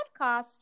podcast